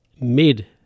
mid